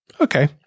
Okay